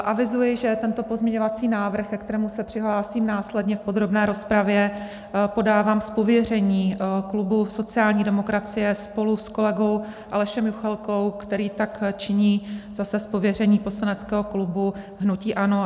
Avizuji, že tento pozměňovací návrh, ke kterému se přihlásím následně v podrobné rozpravě, podávám z pověření klubu sociální demokracie spolu s kolegou Alešem Juchelkou, který tak činí zase z pověření poslaneckého klubu hnutí ANO.